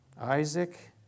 Isaac